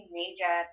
major